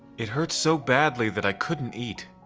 it hurt so badly that i couldn't eat.